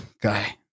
guy